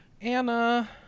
Anna